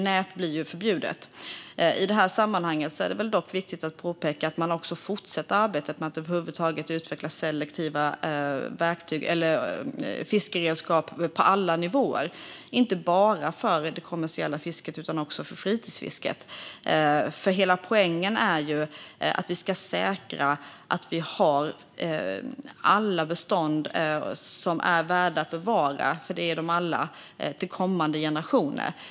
Nät blir förbjudet. I det här sammanhanget är det viktigt att påpeka att man fortsätter arbetet med att utveckla selektiva fiskeredskap på alla nivåer. Det gäller inte bara för det kommersiella fisket utan också för fritidsfisket. Hela poängen är att vi ska säkra att vi har alla bestånd som är värda att bevara, och det är de alla, till kommande generationer.